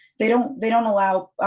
they don't they don't allow